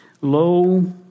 Lo